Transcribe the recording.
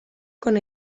con